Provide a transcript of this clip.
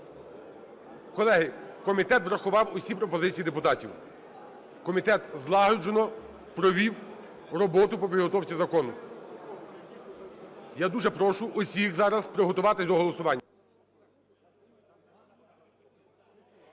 Колеги, комітет врахував усі пропозиції депутатів. Комітет злагоджено провів роботу по підготовці закону. Я дуже прошу усіх зараз приготуватися до голосування.